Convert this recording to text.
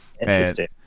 Interesting